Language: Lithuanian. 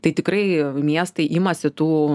tai tikrai miestai imasi tų